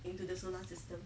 into the solar system